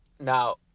Now